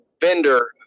vendor